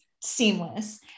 seamless